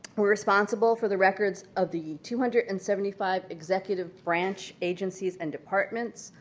responsible for the records of the two hundred and seventy five executive branch agencies and departments.